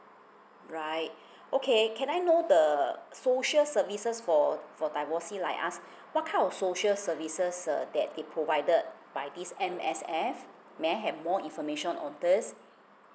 right okay can I know the social services for for divorcee like us what kind of social services uh that they provided by this M_S_F may I have more information on this